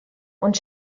und